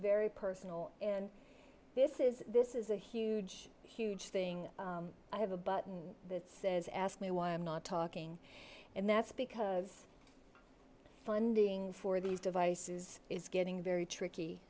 very personal and this is this is a huge huge thing i have a button that says ask me why i'm not talking and that's because funding for these devices is getting very tricky